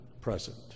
present